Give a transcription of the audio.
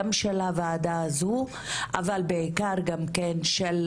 גם של הוועדה הזו אבל בעיקר גם כן של